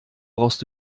brauchst